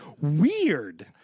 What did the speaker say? weird